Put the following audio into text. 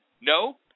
No